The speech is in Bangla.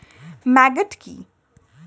ম্যাগট কি?